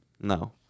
No